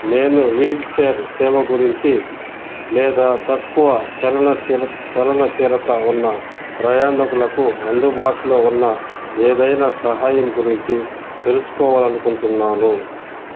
నేను వీల్చైర్ సేవ గురించి లేదా తక్కువ చలనశీలత సెలనచీలత ఉన్న ప్రయాణీకులకు అందుబాటులో ఉన్న ఏదైనా సహాయం గురించి తెలుసుకోవాలి అనుకుంటున్నాను